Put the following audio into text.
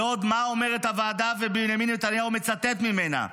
ועוד מה אומרת הוועדה, ובנימין נתניהו מצטט ממנה?